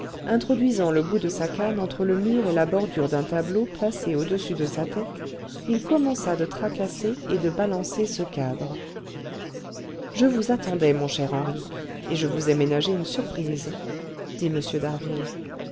introduisant le bout de sa canne entre le mur et la bordure d'un tableau placé au-dessus de sa tête il commença de tracasser et de balancer ce cadre je vous attendais mon cher henri et je vous ai ménagé une surprise dit